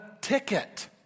ticket